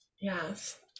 Yes